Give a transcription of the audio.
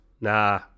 Nah